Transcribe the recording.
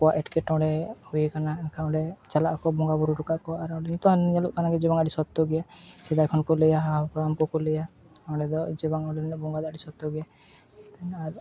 ᱟᱠᱚᱣᱟᱜ ᱮᱴᱠᱮᱴᱚᱬᱮ ᱦᱩᱭᱟᱠᱟᱱᱟ ᱮᱱᱠᱷᱟᱱ ᱚᱸᱰᱮ ᱪᱟᱞᱟᱜᱼᱟᱠᱚ ᱵᱚᱸᱜᱟ ᱵᱩᱨᱩ ᱦᱚᱴᱚ ᱠᱟᱜᱼᱟ ᱠᱚ ᱟᱨ ᱚᱸᱰᱮ ᱱᱤᱛᱚᱜ ᱦᱚᱸ ᱧᱮᱞᱚᱜ ᱠᱟᱱᱟ ᱡᱮ ᱵᱟᱝ ᱟᱹᱰᱤ ᱥᱚᱠᱛᱚ ᱜᱮ ᱥᱮᱫᱟᱭ ᱠᱷᱚᱱ ᱠᱚ ᱞᱟᱹᱭᱟ ᱦᱟᱯᱲᱟᱢ ᱠᱚᱠᱚ ᱞᱟᱹᱭᱟ ᱚᱸᱰᱮ ᱫᱚ ᱡᱮ ᱵᱟᱝ ᱚᱸᱰᱮᱱᱤᱡ ᱵᱚᱸᱜᱟ ᱫᱚ ᱟᱹᱰᱤ ᱥᱚᱠᱛᱚᱜᱮ ᱟᱨ